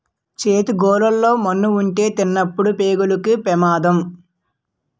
చేతి గోళ్లు లో మన్నుంటే తినినప్పుడు పేగులకు పెమాదం